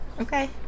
Okay